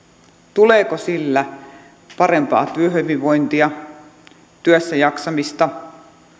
tuleeko sillä parempaa työhyvinvointia työssäjaksamista